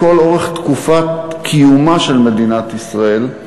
לכל אורך תקופת קיומה של מדינת ישראל,